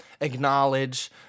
acknowledge